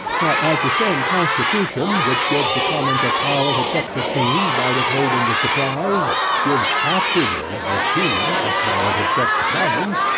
but as the same constitution which gives the commons a power to check the king by withholding the supplies, gives afterwards the king a power to check the commons,